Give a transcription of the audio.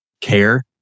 care